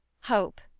Hope